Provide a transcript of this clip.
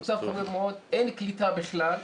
אין קליטה בכלל.